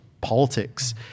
politics